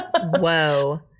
Whoa